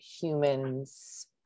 humans